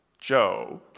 Joe